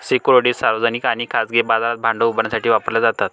securities सार्वजनिक आणि खाजगी बाजारात भांडवल उभारण्यासाठी वापरल्या जातात